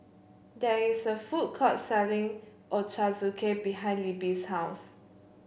there is a food court selling Ochazuke behind Libbie's house